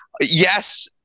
yes